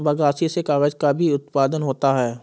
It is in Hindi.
बगासी से कागज़ का भी उत्पादन होता है